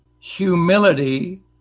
humility